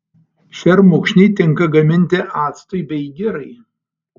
šermukšniai tinka gaminti actui bei girai